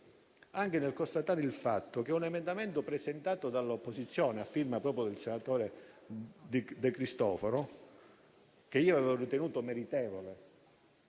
anche nel constatare che un emendamento presentato dall'opposizione, a firma del senatore De Cristofaro, che io avevo ritenuto meritevole